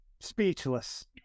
speechless